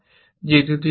যে দুটি কর্ম